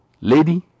lady